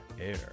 air